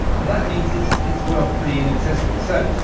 and that means it's it's well pretty inaccessible. so,